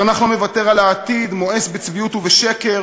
התנ"ך לא מוותר על העתיד, מואס בצביעות ובשקר,